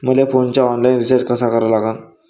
मले फोनचा online recharge कसा करा लागन?